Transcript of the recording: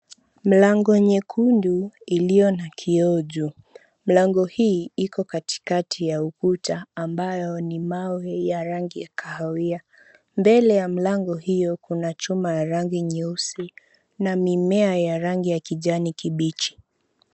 Mlango nyekundu, iliyo na kioo juu. Mlango hii Iko katikati ya ukuta ambayo ni mawe ya rangi ya kahawia. Mbele ya mlango hio kuna chuma ya rangi nyeusi, na mimea ya rangi ya kijani kibichi.